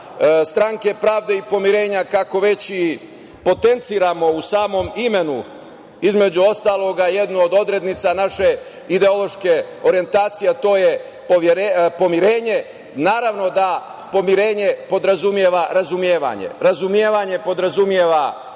Stranke pravde i pomirenja, kako već i potenciramo u samom imenu između ostalog jednu od odrednica naše ideološke orijentacije, to je pomirenje. Naravno da pomirenje podrazumeva razumevanje. Razumevanje podrazumeva